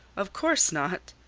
of course not,